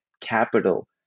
capital